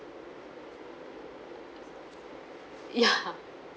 ya